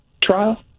trial